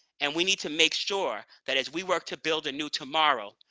and we need to make sure that as we work to build a new tomorrow,